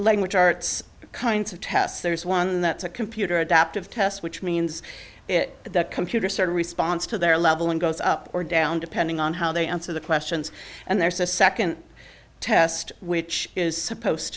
language arts kinds of tests there's one that's a computer adaptive test which means the computer started response to their level and goes up or down depending on how they answer the questions and there's a second test which is supposed